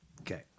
Okay